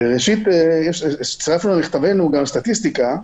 ראשית, צירפנו למכתבנו גם סטטיסטיקה.